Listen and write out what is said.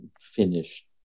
finished